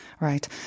Right